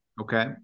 Okay